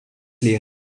les